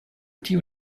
tiu